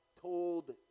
told